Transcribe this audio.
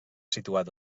situat